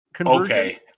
Okay